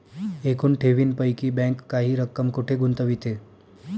एकूण ठेवींपैकी बँक काही रक्कम कुठे गुंतविते?